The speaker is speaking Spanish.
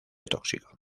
tóxico